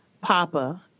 Papa